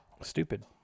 stupid